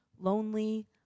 lonely